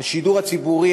השידור הציבורי,